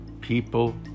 people